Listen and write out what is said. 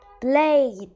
blade